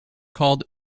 called